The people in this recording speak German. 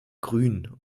grün